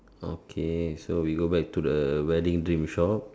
okay so we go back to the wedding dream shop